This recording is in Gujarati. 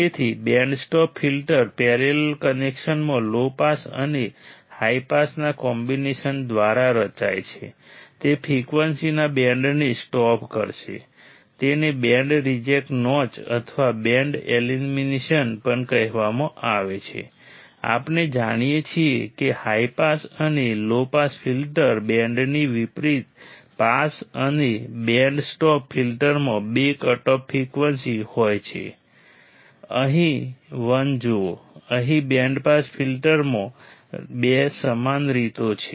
તેથી બેન્ડ સ્ટોપ ફિલ્ટર પેરેલલ કનેક્શનમાં લો પાસ અને હાઈ પાસના કોમ્બિનેશન દ્વારા રચાય છે તે ફ્રિક્વન્સીના બેન્ડને સ્ટોપ કરશે તેને બેન્ડ રિજેક્ટ નોચ અથવા બેન્ડ એલિમિનેશન પણ કહેવામાં આવે છે આપણે જાણીએ છીએ કે હાઈ પાસ અને લો પાસ ફિલ્ટર બેન્ડથી વિપરીત પાસ અને બેન્ડ સ્ટોપ ફિલ્ટરમાં બે કટઓફ ફ્રીક્વન્સી હોય છે અહીં 1 જુઓ અહીં બેન્ડ પાસ ફિલ્ટરમાં 2 સમાન રીતો છે